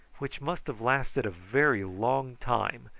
which must have lasted a very long time,